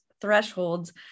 thresholds